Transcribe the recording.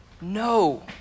No